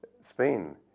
Spain